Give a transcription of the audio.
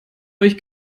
euch